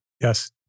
Yes